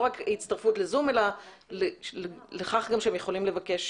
לא רק הצטרפות ל-זום אלא לכך הם יכולים לבקש